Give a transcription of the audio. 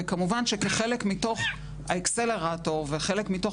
וכמובן שכחלק מתוך האקסלרטור וכחלק מתוך